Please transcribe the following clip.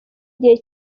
gihe